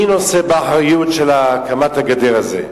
מי נושא באחריות להקמת הגדר הזאת?